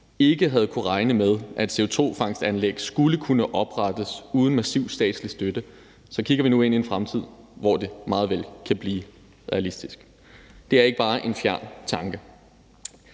ikke havde kunnet regnet med, at CO2-fangstsanlæg skulle kunne oprettes uden massiv statsstøtte, så kigger vi nu ind i en fremtid, hvor det meget vel kan blive realistisk. Det er ikke bare en fjern tanke.